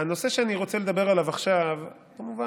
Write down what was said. הנושא שאני רוצה לדבר עליו עכשיו כמובן,